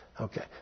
Okay